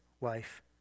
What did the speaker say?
life